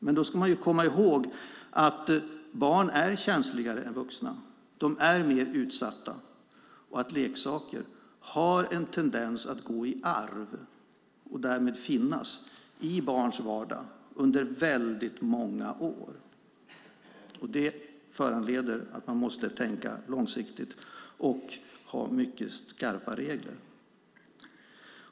Men då ska man komma ihåg att barn är känsligare och mer utsatta än vuxna och att leksaker har en tendens att gå i arv och därmed finnas i barns vardag under väldigt många år. Det innebär att man måste tänka långsiktigt och ha skarpa regler.